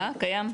קיים?